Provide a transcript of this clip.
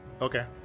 Okay